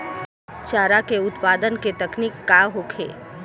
चारा उत्पादन के तकनीक का होखे?